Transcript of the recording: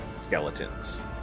skeletons